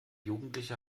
jugendliche